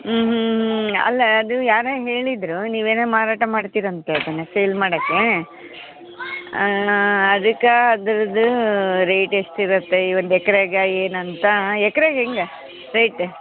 ಹ್ಞೂ ಹ್ಞೂ ಹ್ಞೂ ಅಲ್ಲ ಅದು ಯಾರೋ ಹೇಳಿದ್ದರು ನೀವೇನೋ ಮಾರಾಟ ಮಾಡ್ತೀರಂತ ಹೇಳ್ತನೆ ಸೇಲ್ ಮಾಡೋಕ್ಕೆ ಅದಕ್ಕೆ ಅದ್ರದ್ದು ರೇಟ್ ಎಷ್ಟಿರುತ್ತೆ ಈ ಒಂದು ಎಕ್ರೆಗೆ ಏನಂತ ಎಕ್ರೆಗೆ ಹೆಂಗೆ ರೇಟ್